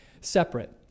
separate